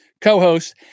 co-host